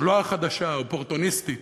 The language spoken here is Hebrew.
לא החדשה, האופורטוניסטית,